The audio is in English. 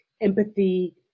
empathy